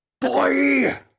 Boy